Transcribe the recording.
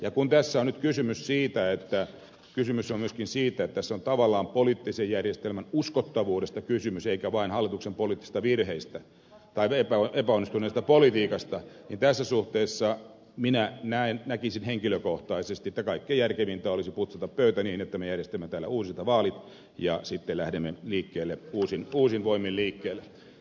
ja kun tässä on nyt kysymys myöskin siitä että tässä on tavallaan poliittisen järjestelmän uskottavuudesta kysymys eikä vain hallituksen poliittisista virheistä tai epäonnistuneesta politiikasta niin tässä suhteessa minä näkisin henkilökohtaisesti että kaikkein järkevintä olisi putsata pöytä niin että me järjestämme täällä uusintavaalit ja sitten lähdemme uusin voimin liikkeelle